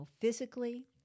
physically